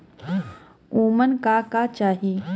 उमन का का चाही?